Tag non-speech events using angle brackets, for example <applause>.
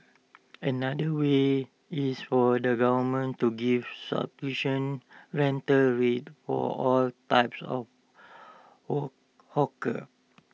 another way is for the government to give <unintelligible> rental rates for all types of hall hawkers